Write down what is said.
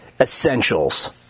essentials